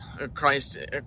Christ